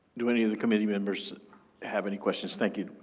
do any of the committee members have any questions? thank you,